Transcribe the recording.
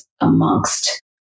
amongst